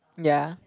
ya